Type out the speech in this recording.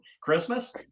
Christmas